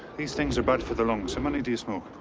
these things are bad for the lungs. how many do you smoke?